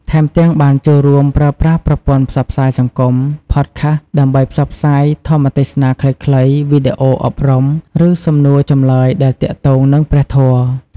ថែមទាំង បានចូលរូមប្រើប្រាស់ប្រព័ន្ធផ្សព្វផ្សាយសង្គម ផតខាស ដើម្បីផ្សព្វផ្សាយធម្មទេសនាខ្លីៗ វីដេអូអប់រំ ឬសំណួរចម្លើយដែលទាក់ទងនឹងព្រះធម៌។